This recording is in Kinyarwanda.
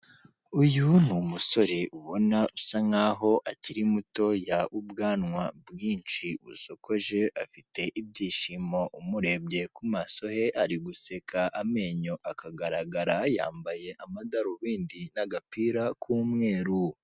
Uyu ni umusore ubona usa nk'aho akiri mutoya w'ubwanwa bwinshi busokoje, afite ibyishimo umurebye ku maso he ari guseka amenyo akagaragara, yambaye amadarubindi n'agapira k'umweru.